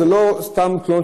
אלה לא סתם תלונות,